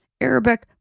Arabic